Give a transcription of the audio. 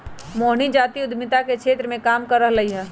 मोहिनी जाति उधमिता के क्षेत्र मे काम कर रहलई ह